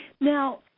Now